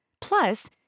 Plus